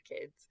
kids